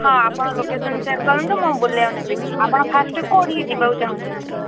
ହଁ ଆପଣ location share କରନ୍ତୁ ମୁଁ ବୁଲାଇବାକୁ ନେବି ଆପଣ ଫାଷ୍ଟ କେଉଁଠିକି ଯିବାକୁ ଚାହୁଁଛନ୍ତି